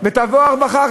ותבוא הרווחה.